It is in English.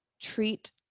treat